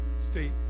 state